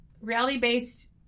reality-based